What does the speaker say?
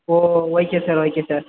O okay sir okay sir